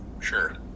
sure